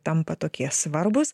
tampa tokie svarbūs